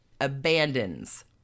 abandons